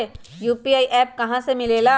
UPI का app कहा से मिलेला?